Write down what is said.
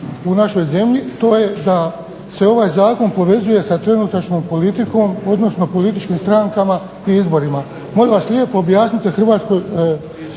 u našoj zemlji, to je da se ovaj zakon povezuje sa trenutačnom politikom, odnosno političkim strankama i izborima. Molim vas lijepo objasnite hrvatskoj